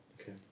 Okay